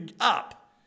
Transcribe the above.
up